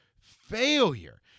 Failure